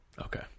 okay